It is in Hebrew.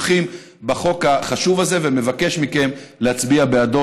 שתומכים בחוק החשוב הזה ומבקש מכם להצביע בעדו.